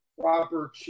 proper